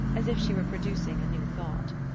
as if she were producing a new thought.